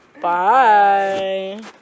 Bye